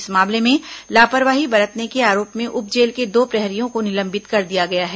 इस मामले में लापरवाही बरतने के आरोप में उप जेल के दो प्रहरियों को निलंबित कर दिया गया है